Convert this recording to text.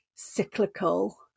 cyclical